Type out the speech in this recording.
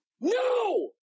No